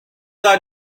are